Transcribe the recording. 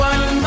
One